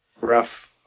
rough